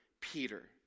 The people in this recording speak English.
Peter